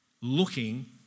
looking